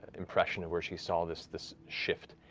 impression of where she saw this this shift,